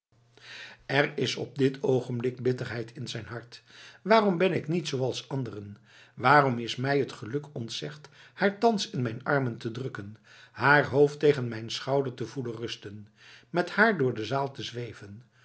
er is op dit oogenblik bitterheid in zijn hart waarom ben ik niet zooals anderen waarom is mij het geluk ontzegd haar thans in mijn armen te drukken haar hoofd tegen mijn schouder te voelen rusten met haar door de zaal te zweven